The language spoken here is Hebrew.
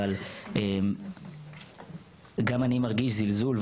אבל גם אני מרגיש זלזול,